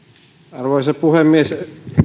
arvoisa puhemies